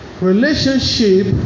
relationship